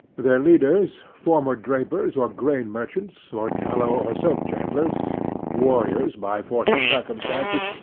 their leaders, former drapers or grain merchants, or tallow or soap chandlers warriors by force of circumstances,